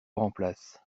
remplace